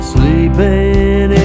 Sleeping